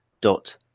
dot